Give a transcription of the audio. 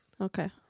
Okay